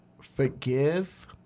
forgive